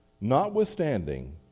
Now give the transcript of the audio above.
notwithstanding